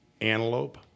antelope